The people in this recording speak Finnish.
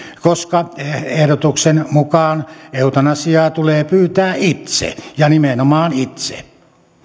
koska ehdotuksen mukaan eutanasiaa tulee pyytää itse ja nimenomaan itse